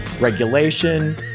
regulation